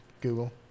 Google